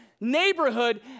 neighborhood